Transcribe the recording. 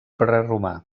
preromà